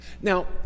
Now